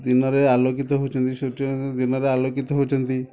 ଦିନରେ ଆଲୋକିତ ହେଉଛନ୍ତି ସୂର୍ଯ୍ୟ ଦିନରେ ଆଲୋକିତ ହେଉଛନ୍ତି